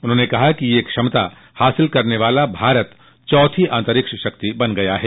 उन्होंने कहा कि यह क्षमता हासिल करने वाला भारत चौथी अंतरिक्ष शक्ति बन गया है